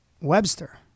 Webster